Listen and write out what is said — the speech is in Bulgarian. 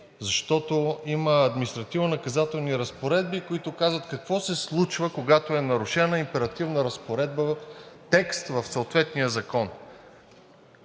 защото има административнонаказателни разпоредби, които казват какво се случва, когато е нарушена императивна разпоредба, текст в съответния закон.